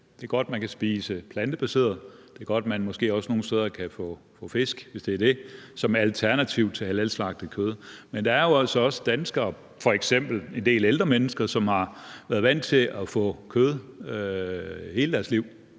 Det er godt, at man kan spise plantebaseret. Det er godt, at man måske også nogle steder kan få fisk, hvis man ønsker det, som alternativ til halalslagtet kød. Men der er jo altså også danskere, f.eks. en del ældre mennesker, som har været vant til at få kød og har haft